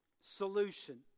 solution